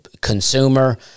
consumer